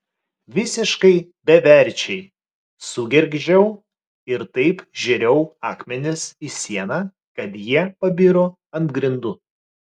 visiškai beverčiai sugergždžiau ir taip žėriau akmenis į sieną kad jie pabiro ant grindų